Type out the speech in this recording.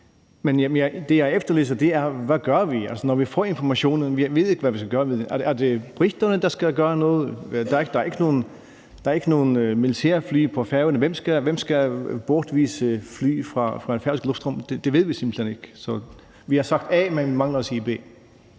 Men det, jeg efterlyser, er et svar på, hvad vi skal gøre, når vi får informationer – jeg ved ikke, hvad vi skal gøre ved det. Er det briterne, der skal gøre noget? Der er ikke nogen militærfly på Færøerne, så hvem skal bortvise fly fra en færøsk lufthavn? Det ved vi simpelt hen ikke. Så vi har sagt a, men mangler at